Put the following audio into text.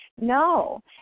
No